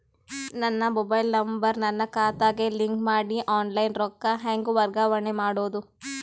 ನನ್ನ mobile number ನನ್ನ ಖಾತೆಗೆ ಲಿಂಕ್ ಮಾಡಿ ಆನ್ಲೈನ್ ರೊಕ್ಕ ಹೆಂಗ ವರ್ಗಾವಣೆ ಮಾಡೋದು?